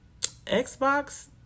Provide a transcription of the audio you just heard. Xbox